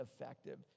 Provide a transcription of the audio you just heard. effective